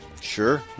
Sure